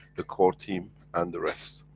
the core team and the rest.